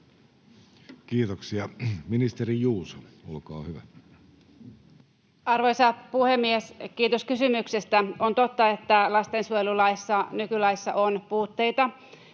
Kiitoksia. — Ministeri Juuso, olkaa hyvä. Arvoisa puhemies! Kiitos kysymyksestä. On totta, että lastensuojelulaissa, nykylaissa, on puutteita,